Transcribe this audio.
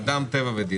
אדם, טבע ודין, בבקשה.